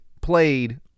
played